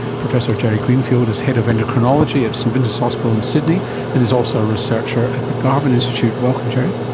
professor jerry greenfield is head of endocrinology at st vincent's hospital in sydney and is also a researcher at the garvan institute. welcome jerry.